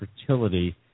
fertility